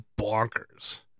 bonkers